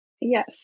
Yes